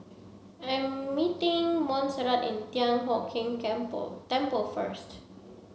I'm meeting Monserrat at Thian Hock Keng Temple first